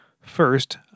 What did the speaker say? First